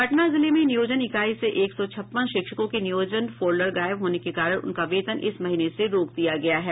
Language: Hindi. पटना जिले में नियोजन इकाई से एक सौ छप्पन शिक्षकों के नियोजन फोल्डर गायब होने के कारण उनका वेतन इस महीने से रोक दिया गया है